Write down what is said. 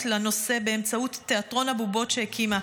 לנושא באמצעות תיאטרון הבובות שהקימה.